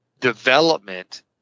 development